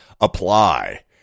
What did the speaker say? apply